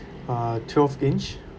uh twelve inch